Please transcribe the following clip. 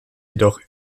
jedoch